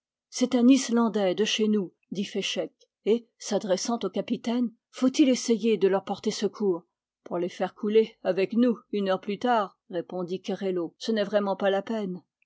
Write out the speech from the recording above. c'est un islandais de chez nous dit féchec et s'adressant au capitaine faut-il essayer de leur porter secours pour les faire couler avec nous une heure plus tard répondit kérello ce n'est vraiment pas la peine